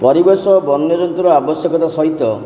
ପରିବେଶ ବନ୍ୟଜନ୍ତୁର ଆବଶ୍ୟକତା ସହିତ